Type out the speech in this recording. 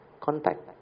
contact